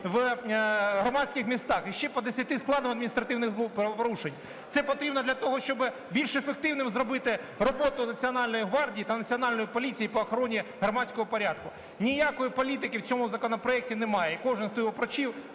в громадських місцях, і ще по десяти складових адміністративних правопорушень. Це потрібно для того, щоби більш ефективною зробити роботу Національної гвардії та Національної поліції по охороні громадського порядку. Ніякої політики в цьому законопроекті немає, і кожен, хто його прочитав,